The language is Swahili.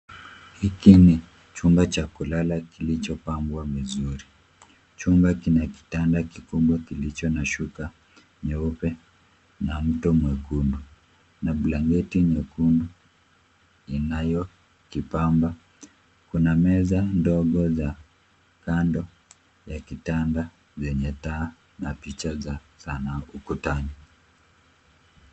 Hiki ni chumba cha kulala kilichopambw vizuri. Chumba kina kitanda kikubwa kilicho na shuka nyeupe na mto mwekundu na blanketi nyekundu inayokipamba. Kuna meza ndogo za kando ya kitanda zenye taa na picha za sanaa ukutani.